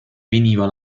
veniva